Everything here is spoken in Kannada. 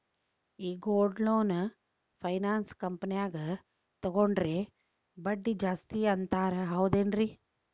ಈ ಗೋಲ್ಡ್ ಲೋನ್ ಫೈನಾನ್ಸ್ ಕಂಪನ್ಯಾಗ ತಗೊಂಡ್ರೆ ಬಡ್ಡಿ ಜಾಸ್ತಿ ಅಂತಾರ ಹೌದೇನ್ರಿ?